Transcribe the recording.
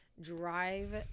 Drive